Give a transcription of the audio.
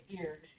ears